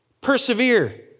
Persevere